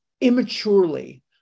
immaturely